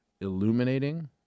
Illuminating